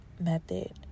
method